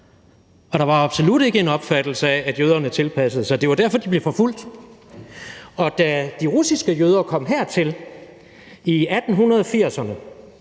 Der var absolut ikke en opfattelse af, at jøderne tilpassede sig. Det var derfor, de blev forfulgt. Da de russiske jøder kom hertil i 1880'erne